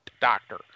doctor